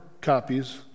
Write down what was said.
Copies